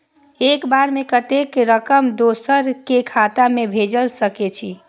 एक बार में कतेक रकम दोसर के खाता में भेज सकेछी?